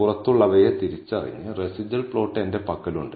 പുറത്തുള്ളവയെ തിരിച്ചറിഞ്ഞ് residual plot എന്റെ പക്കലുണ്ട്